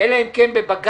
אלא אם כן בבג"צ,